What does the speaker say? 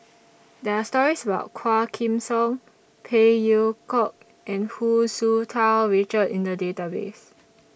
There Are stories about Quah Kim Song Phey Yew Kok and Hu Tsu Tau Richard in The Database